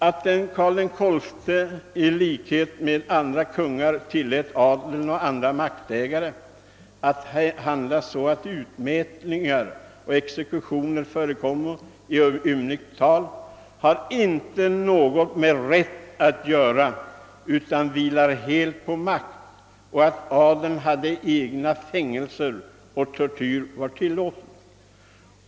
Att Karl XII i likhet med andra kungar tillät adeln och andra maktägare att handla så att »Utmätningar och exekutioner förekommo i ymnigt tal» har icke något med rätt att göra utan vilar helt på makt samt på den omständigheten att adeln hade egna fängelser och att tortyr var tillåten.